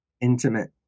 intimate